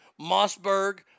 Mossberg